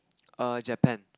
err Japan